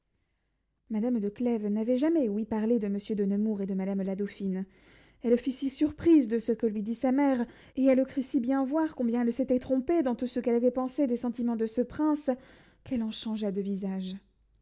madame de clèves n'avait jamais ouï parler de monsieur de nemours et de madame la dauphine elle fut si surprise de ce que lui dit sa mère et elle crut si bien voir combien elle s'était trompée dans tout ce qu'elle avait pensé des sentiments de ce prince qu'elle en changea de visage